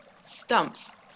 stumps